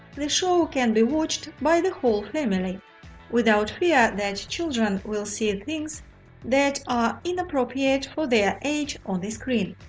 the show can be watched by the whole family without fear that children will see and things that are inappropriate for their age on the screen.